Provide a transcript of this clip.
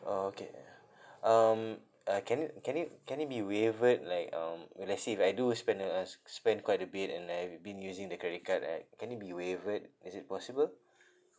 orh okay um uh can it can it can it be waivered like um well let's say if I do spend uh s~ s~ spend quite a bit and then I've been using the credit card right can it be waivered is it possible